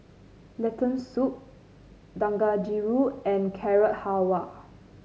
Lentil Soup Dangojiru and Carrot Halwa